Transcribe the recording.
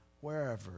wherever